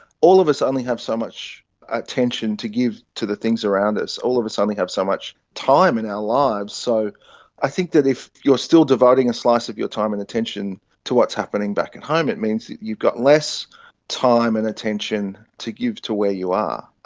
all of us only have so much attention to give to the things around us, all of us only have so much time in our lives. so i think that if you are still devoting a slice of your time and attention to what's happening back home it means that you've got less time and attention to give to where you are.